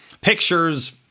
pictures